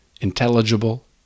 intelligible